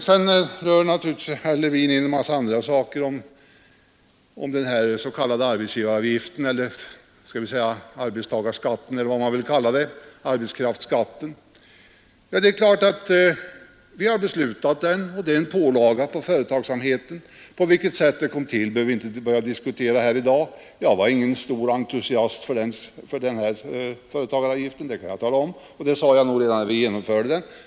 Sedan för herr Levin in en massa andra saker om den s.k. arbetsgivaravgiften — skall vi säga arbetskraftsskatten eller vad man vill kalla den. Det är klart att den är en pålaga på företagsamheten. På vilket sätt beslutet kom till, behöver vi inte börja diskutera här i dag. Jag var ingen stor entusiast för den där avgiften. Det kan jag tala om, och det sade jag redan när vi fattade beslutet.